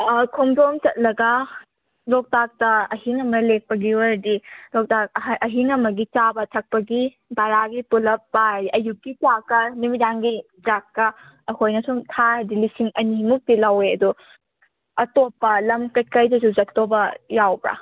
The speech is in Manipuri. ꯈꯣꯡꯖꯣꯝ ꯆꯠꯂꯒ ꯂꯣꯛꯇꯥꯛꯇ ꯑꯍꯤꯡ ꯑꯃ ꯂꯦꯛꯄꯒꯤ ꯑꯣꯏꯔꯗꯤ ꯂꯣꯛꯇꯥꯛ ꯑꯍꯤꯡ ꯑꯃꯒꯤ ꯆꯥꯕ ꯊꯛꯄꯒꯤ ꯕꯔꯥꯒꯤ ꯄꯨꯂꯞ ꯄꯥꯏ ꯑꯌꯨꯛꯀꯤ ꯆꯥꯛꯀ ꯅꯨꯃꯤꯗꯥꯡꯒꯤ ꯆꯥꯛꯀ ꯑꯩꯈꯣꯏꯅ ꯁꯨꯝ ꯊꯥꯔꯗꯤ ꯂꯤꯁꯤꯡ ꯑꯅꯤꯃꯨꯛꯇꯤ ꯂꯧꯋꯦ ꯑꯗꯣ ꯑꯇꯣꯞꯄ ꯂꯝ ꯀꯩꯀꯩꯗꯁꯨ ꯆꯠꯇꯧꯕ ꯌꯥꯎꯕ꯭ꯔꯥ